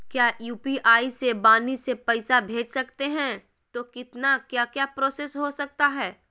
क्या यू.पी.आई से वाणी से पैसा भेज सकते हैं तो कितना क्या क्या प्रोसेस हो सकता है?